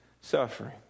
suffering